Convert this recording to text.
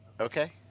Okay